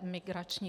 migrační vlny.